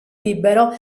libero